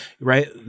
right